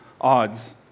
odds